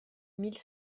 mille